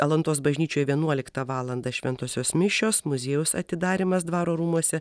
alantos bažnyčioj vienuoliktą valandą šventosios mišios muziejaus atidarymas dvaro rūmuose